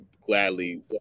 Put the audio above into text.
gladly